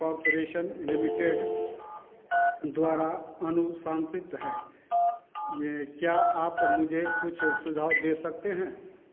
corporation limited द्वारा अनुशंसित है यह क्या आप मुझे कुछ सुझाव दे सकते हैं